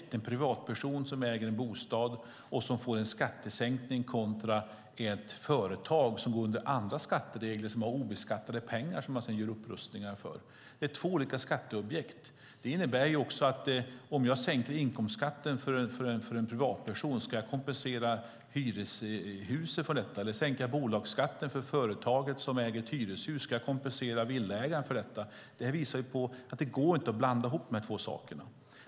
Det är en privatperson som äger en bostad och som får en skattesänkning kontra ett företag som går under andra skatteregler och som har obeskattade pengar som man sedan gör upprustningar för. Det är två olika skatteobjekt. Om jag sänker inkomstskatten för en privatperson, ska jag kompensera hyreshusen för detta eller sänka bolagsskatten för företaget som äger ett hyreshus? Ska jag kompensera villaägaren för detta? Det visar på att det inte går att blanda ihop de här två sakerna.